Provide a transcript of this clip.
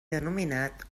denominat